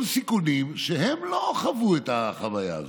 סיכונים כשהם לא חוו את החוויה הזאת.